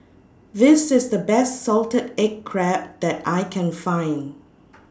This IS The Best Salted Egg Crab that I Can Find